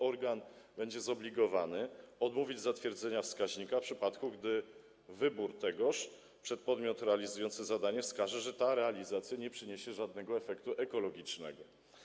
Organ będzie zobligowany odmówić zatwierdzenia wskaźnika, w przypadku gdy wybór tegoż przez podmiot realizujący zadanie wskaże, że dana realizacja nie przyniesie żadnego efektu ekologicznego.